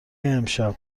امشب